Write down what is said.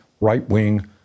right-wing